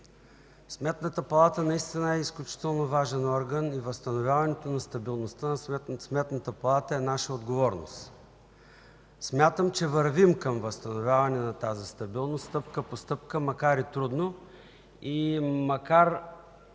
Сметната палата е изключително важен орган и възстановяването на стабилността на Сметната палата е наша отговорност. Смятам, че вървим към възстановяване на тази стабилност стъпка по стъпка, макар и трудно, макар